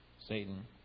Satan